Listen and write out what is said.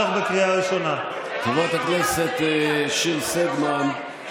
חברת הכנסת מיכל שיר סגמן,